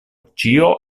ĉio